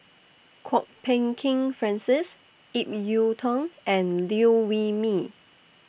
Kwok Peng Kin Francis Ip Yiu Tung and Liew Wee Mee